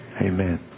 Amen